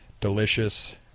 delicious